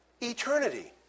eternity